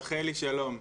רחלי שלום.